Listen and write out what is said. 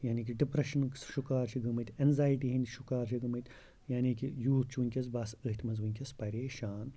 یعنی کہِ ڈِپرٛشنُک شُکار چھِ گٔمٕتۍ اٮ۪نزایٹی ہِنٛدۍ شُکار چھِ گٔمٕتۍ یعنی کہِ یوٗتھ چھُ وٕنکیٚس بَس أتھۍ منٛز وٕنکیٚس پریشان